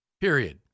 Period